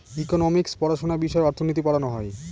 economics পড়াশোনা বিষয়ে অর্থনীতি পড়ানো হয়